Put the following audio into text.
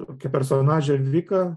tokia personažė vika